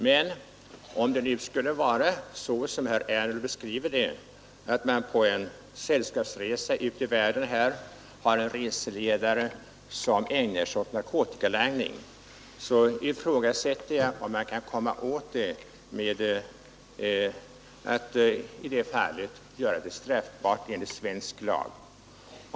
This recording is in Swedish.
Men om det nu skulle vara så som herr Ernulf beskriver det, att man på en sällskapsresa ute i världen har en reseledare som ägnar sig åt narkotikalangning, ifrågasätter jag om man kan komma åt problemet genom att göra den langningen straffbar enligt svensk lag.